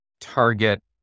target